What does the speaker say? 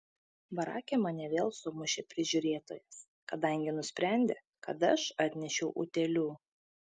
barake mane vėl sumušė prižiūrėtojas kadangi nusprendė kad aš atnešiau utėlių